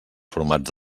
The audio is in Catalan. formats